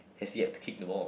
has yet to kick the ball